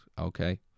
okay